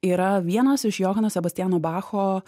yra vienos iš johanno sebastiano bacho